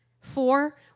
Four